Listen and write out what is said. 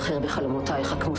שיוועתי למודל לחיקוי,